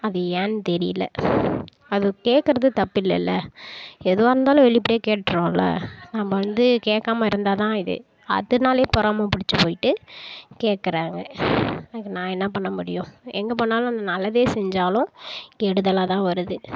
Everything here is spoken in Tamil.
அது ஏன்னு தெரியல அது கேட்குறது தப்பு இல்லைல எதுவாக இருந்தாலும் வெளிப்படையாக கேட்டுருவோன்ல நம்ம வந்து கேட்காம இருந்தால் தான் இது அதனாலேயே பொறாமை பிடிச்சி போயிட்டு கேட்குறாங்க அதுக்கு நான் என்ன பண்ண முடியும் எங்கே போனாலும் நான் நல்லது செஞ்சாலும் கெடுதலாக தான் வருது